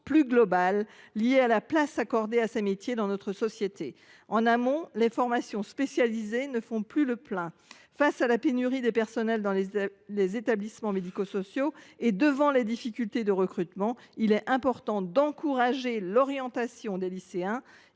plus globale liée à la place accordée à ces métiers dans notre société. En amont, les formations spécialisées ne font plus le plein. Face à la pénurie de personnel dans les établissements médico sociaux et devant les difficultés de recrutement, il est important d’encourager l’orientation vers ces